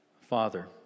Father